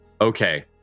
Okay